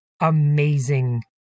amazing